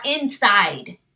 inside